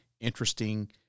interesting